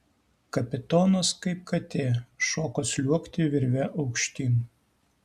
kapitonas kaip katė šoko sliuogti virve aukštyn